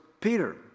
Peter